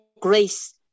grace